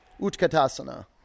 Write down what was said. Utkatasana